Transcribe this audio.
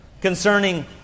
concerning